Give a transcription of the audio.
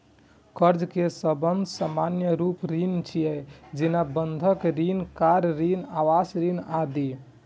कर्ज के सबसं सामान्य रूप ऋण छियै, जेना बंधक ऋण, कार ऋण, आवास ऋण आदि